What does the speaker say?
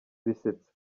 bisetsa